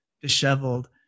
disheveled